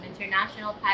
International